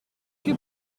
que